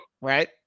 right